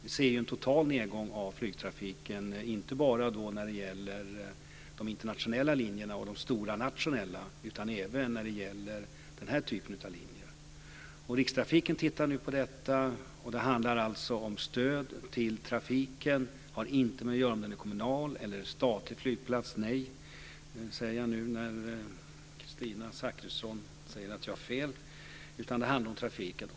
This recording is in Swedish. Vi ser en total nedgång av flygtrafiken, inte bara när det gäller de internationella och de stora nationella linjerna utan även när det gäller den här typen av linjer. Rikstrafiken tittar nu på detta. Det handlar alltså om stöd till trafiken. Det har inte att göra med huruvida det är en kommunal eller statlig flygplats - säger jag nu när Kristina Zakrisson säger att jag har fel - utan det handlar om trafiken.